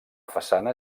façana